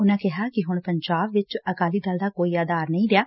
ਉਨੂਾ ਕਿਹਾ ਕਿ ਹੁਣ ਪੰਜਾਬ ਚ ਅਕਾਲੀ ਦਲ ਦਾ ਕੋਈ ਆਧਾਰ ਨਹੀ ਰਿਹਾ